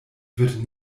wird